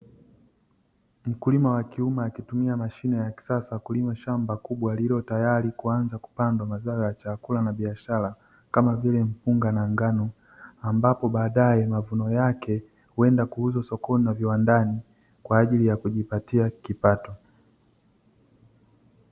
Mkulima wa kiume akitumia mashine ya kisasa kulima shamba kubwa lililo tayari kuanza kupandwa mazao ya chakula na biashara, kama vile mpunga na ngano ambapo baadae mavuno yake huenda kuuzwa sokoni na viwandani kwaajili ya kujipatia kipato.